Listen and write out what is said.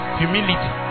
humility